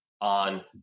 on